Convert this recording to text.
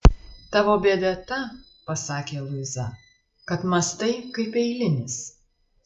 tavo bėda ta pasakė luiza kad mąstai kaip eilinis